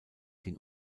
den